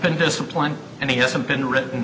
been disciplined and he hasn't been written